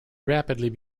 rapidly